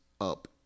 up